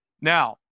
Now